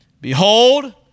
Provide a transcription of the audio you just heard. behold